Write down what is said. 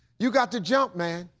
you got to jump, man.